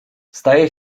zdaje